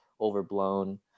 overblown